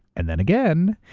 and then again.